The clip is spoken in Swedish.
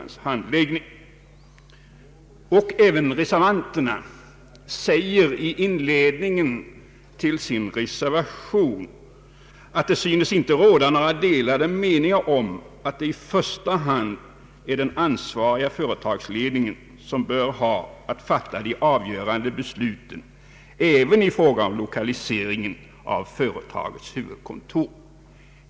Även reservanterna säger i inled ningen till reservationen att det inte synes råda några delade meningar om att det i första hand är den ansvariga företagsledningen som bör ha att fatta de avgörande besluten även i fråga om lokaliseringen av företagets huvudkontor.